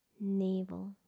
navel